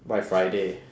by friday